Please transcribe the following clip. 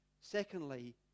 Secondly